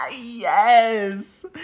Yes